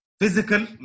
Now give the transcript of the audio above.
physical